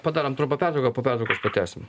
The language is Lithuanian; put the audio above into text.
padarom trumpą pertrauką po pertraukos pratęsim